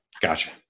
Gotcha